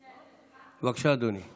בבקשה, אדוני.